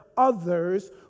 others